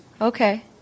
Okay